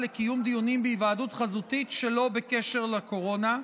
לקיום דיונים בהיוועדות חזותית שלא בקשר לקורונה,